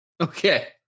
Okay